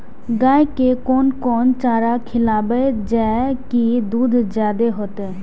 गाय के कोन कोन चारा खिलाबे जा की दूध जादे होते?